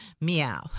meow